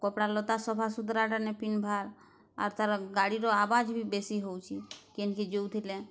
କପଡ଼ା ଲତା ସଫାସୁତରା ଟା ନାଇଁ ପିନ୍ଧିବାର୍ ଆର୍ ତାର୍ ଗାଡ଼ିର ଆବାଜ୍ ବି ବେଶୀ ହେଉଛି କିନ୍ କେ ଯଉଥିଲେ